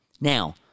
Now